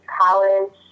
college